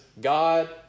God